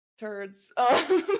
turds